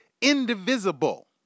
indivisible